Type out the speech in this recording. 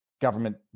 government